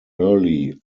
early